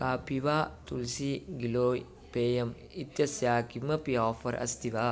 कापिवा तुल्सि गिलोय् पेयम् इत्यस्य किमपि आफ़र् अस्ति वा